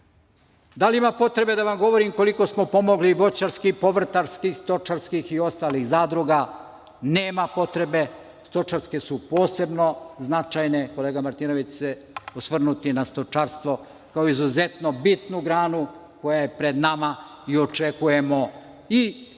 li ima potrebe da vam govorim koliko smo pomogli voćarskih, povrtarskih, stočarskih i ostalih zadruga? Nema potrebe. Stočarske su posebno značajne. Kolega Martinović će se osvrnuti na stočarstvo, kao izuzetno bitnu granu koja je pred nama, i očekujemo i značajna